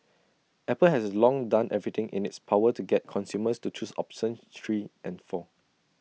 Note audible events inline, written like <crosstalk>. Apple has long done everything in its power to get consumers to choose <unintelligible> three and four